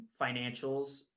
financials